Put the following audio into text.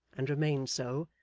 and remained so,